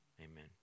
Amen